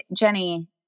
Jenny